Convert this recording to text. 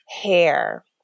hair